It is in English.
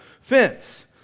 fence